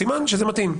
סימן שזה מתאים.